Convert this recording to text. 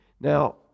Now